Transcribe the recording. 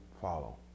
follow